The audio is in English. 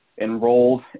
enrolled